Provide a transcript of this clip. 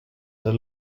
the